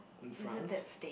in France